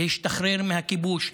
להשתחרר מהכיבוש,